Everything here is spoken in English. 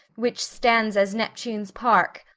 which stands as neptune's park,